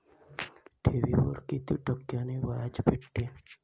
ठेवीवर कितीक टक्क्यान व्याज भेटते?